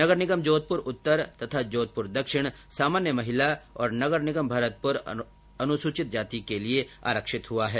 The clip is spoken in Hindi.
नगर निगम जोधपुर उत्तर तथा जोधपुर दक्षिण सामान्य महिला और नगर निगम भरतपुर अनुसूचित जाति के लिये आरक्षित हुआ है